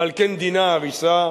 ועל כן דינה הריסה.